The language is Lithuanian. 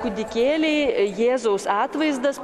kūdikėliai jėzaus atvaizdas